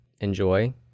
enjoy